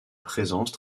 présence